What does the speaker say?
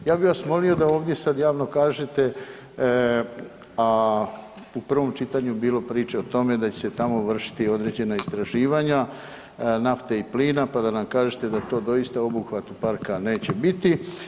Ja bi vas molio da ovdje sad javno kažete a u prvom čitanju je bilo priče o tome da će se tamo vršiti određena istraživanja nafte i plina pa da nam kažete da to doista obuhvat parka neće biti.